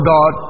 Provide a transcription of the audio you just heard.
God